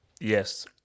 Yes